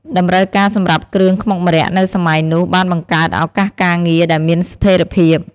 តម្រូវការសម្រាប់គ្រឿងខ្មុកម្រ័ក្សណ៍នៅសម័យនោះបានបង្កើតឱកាសការងារដែលមានស្ថេរភាព។